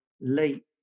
late